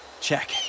Check